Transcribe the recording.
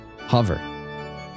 Hover